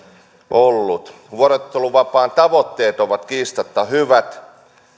ollut vuorotteluvapaan tavoitteet ovat kiistatta hyvät